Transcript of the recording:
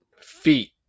feet